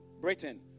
Britain